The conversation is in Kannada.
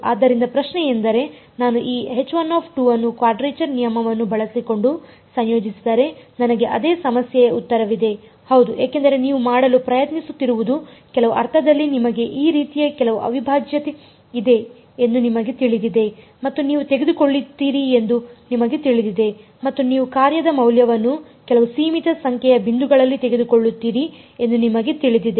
ಆದ್ದರಿಂದ ಪ್ರಶ್ನೆಯೆಂದರೆ ನಾನು ಈ ಅನ್ನು ಕ್ವಾಡ್ರೇಚರ್ ನಿಯಮವನ್ನು ಬಳಸಿಕೊಂಡು ಸಂಯೋಜಿಸಿದರೆ ನನಗೆ ಅದೇ ಸಮಸ್ಯೆಯ ಉತ್ತರವಿದೆ ಹೌದು ಏಕೆಂದರೆ ನೀವು ಮಾಡಲು ಪ್ರಯತ್ನಿಸುತ್ತಿರುವುದು ಕೆಲವು ಅರ್ಥದಲ್ಲಿ ನಿಮಗೆ ಈ ರೀತಿಯ ಕೆಲವು ಅವಿಭಾಜ್ಯತೆ ಇದೆ ಎಂದು ನಿಮಗೆ ತಿಳಿದಿದೆ ಮತ್ತು ನೀವು ತೆಗೆದುಕೊಳ್ಳುತ್ತೀರಿ ಎಂದು ನಿಮಗೆ ತಿಳಿದಿದೆ ಮತ್ತು ನೀವು ಕಾರ್ಯದ ಮೌಲ್ಯವನ್ನು ಕೆಲವು ಸೀಮಿತ ಸಂಖ್ಯೆಯ ಬಿಂದುಗಳಲ್ಲಿ ತೆಗೆದುಕೊಳ್ಳುತ್ತೀರಿ ಎಂದು ನಿಮಗೆ ತಿಳಿದಿದೆ